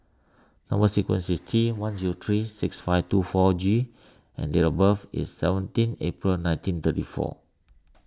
Number Sequence is T one zero three six five two four G and date of birth is seventeen April nineteen thirty four